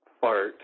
fart